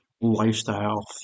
lifestyle